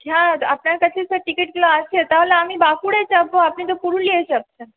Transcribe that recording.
হ্যাঁ আপনার কাছে সেই টিকিটগুলো আছে তাহলে আমি বাঁকুড়ায় চাপবো আপনি তো পুরুলিয়ায় চাপছেন